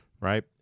Right